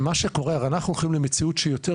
מה שקורה זה שאנחנו הולכים למציאות שיותר